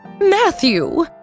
Matthew